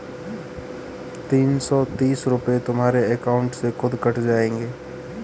तीन सौ तीस रूपए तुम्हारे अकाउंट से खुद कट जाएंगे